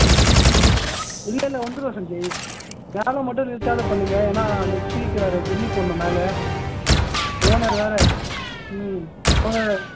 ம் ம் இல்லை இல்லை வந்துடும் சஞ்ஜய் வேலை மட்டும் நிறுத்தாம பண்ணுங்க ஏன்னால் நெக்ஸ்ட் வீக் வேறு ஜல்லி போடணும் மேலே ஓனர் வேற ம் ஓனர்